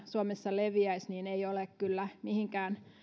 suomessa leviäisi ei ole kyllä mihinkään